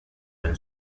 been